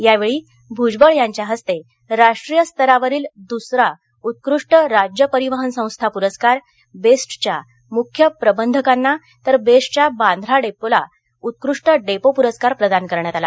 यावेळी भुजबळ यांच्या हस्ते राष्ट्रीय स्तरावरील दुसरा उत्कृष्ट राज्य परिवहन संस्था पुरस्कार बेस्टच्या मुख्य प्रबंधकांना तर बेस्टघ्या बांद्रा डेपोला उत्कृष्ट डेपो पूरस्कार प्रदान करण्यात आला